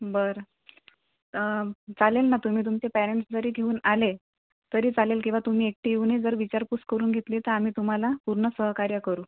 बरं चालेल ना तुम्ही तुमचे पेरेंट्स जरी घेऊन आले तरी चालेल किवा तुम्ही एकटी येऊनही जर विचारपूस करून घेतली तर आम्ही तुम्हाला पूर्ण सहकार्य करू